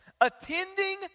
attending